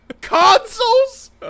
consoles